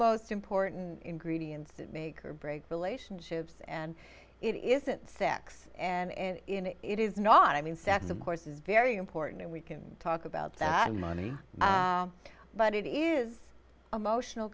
most important ingredients that make or break relationships and it isn't sex and in it it is not i mean sex of course is very important and we can talk about that money but it is a motional